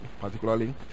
particularly